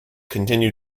continue